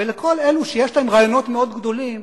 ולכל אלו שיש להם רעיונות מאוד גדולים: